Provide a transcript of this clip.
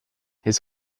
his